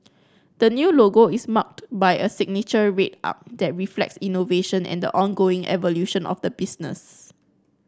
the new logo is marked by a signature red arc that reflects innovation and the ongoing evolution of the business